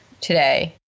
today